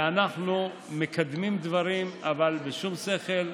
ואנחנו מקדמים דברים, אבל בשום שכל,